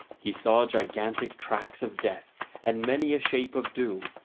he saw gigantic tracks of death and many a shape of doom,